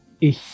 Ich